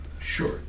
Sure